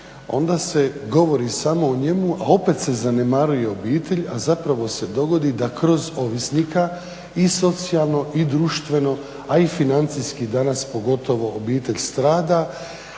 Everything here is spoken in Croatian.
onda se govori samo o njemu, a opet se zanemaruje obitelj, a zapravo se dogodi da kroz ovisnika i socijalno i društveno, a i financijski, danas pogotovo, obitelj strada